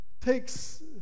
Takes